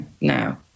now